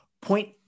point